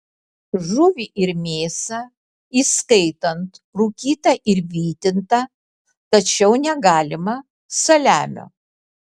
žuvį ir mėsą įskaitant rūkytą ir vytintą tačiau negalima saliamio